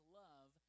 love